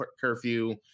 curfew